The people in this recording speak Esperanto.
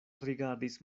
rigardis